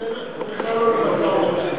זה בכלל לא למשא-ומתן.